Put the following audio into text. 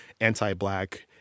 anti-black –